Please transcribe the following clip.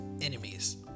enemies